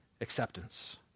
acceptance